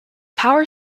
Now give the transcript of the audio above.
power